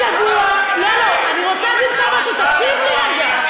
השבוע, אני רוצה להגיד לך משהו, תקשיב לי רגע.